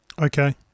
Okay